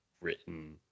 written